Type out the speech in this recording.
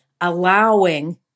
allowing